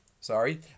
Sorry